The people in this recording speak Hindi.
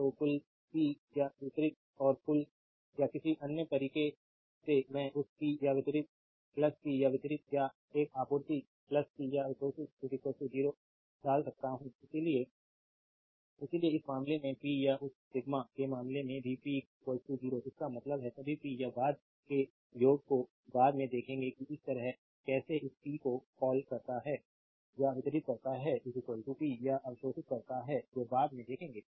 तो कुल पी या वितरित और कुल या किसी अन्य तरीके से मैं उस पी या वितरित पी या वितरित या एक आपूर्ति पी या अवशोषित 0 डाल सकता हूं इसलिए इसलिए इस मामले में पी या उस सिग्मा के मामले में भी पी 0 इसका मतलब है सभी पी या बाद के योग को बाद में देखेंगे कि यह कैसे इस पी को कॉल करता है या वितरित करता है पी या अवशोषित करता है जो बाद में देखेंगे